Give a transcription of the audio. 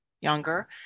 younger